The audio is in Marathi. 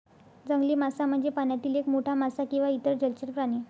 जंगली मासा म्हणजे पाण्यातील एक मोठा मासा किंवा इतर जलचर प्राणी